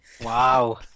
Wow